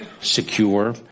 secure